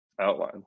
outline